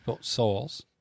souls